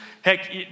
Heck